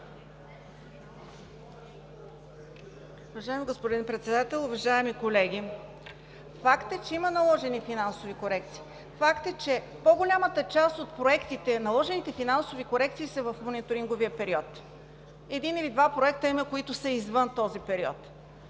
Уважаеми господин Председател, уважаеми колеги! Факт е, че има наложени финансови корекции, факт е, че в по-голямата част от проектите наложените финансови корекции са в мониторингов период. Има един или два проекта, които са извън този период,